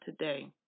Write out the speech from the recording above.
today